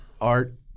art